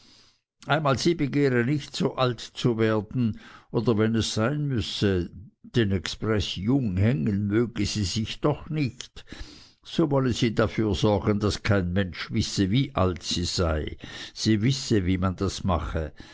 einmal sie begehre nicht so alt zu werden oder wenn es sein müsse denn expreß jung hängen möge sie sich doch nicht so wolle sie dafür sorgen daß kein mensch wisse wie alt sie sei sie wisse wie man das mache